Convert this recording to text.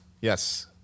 yes